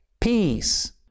peace